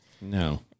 No